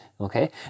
Okay